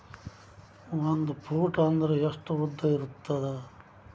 ಒಂದು ಫೂಟ್ ಅಂದ್ರೆ ಎಷ್ಟು ಉದ್ದ ಇರುತ್ತದ?